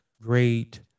great